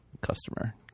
customer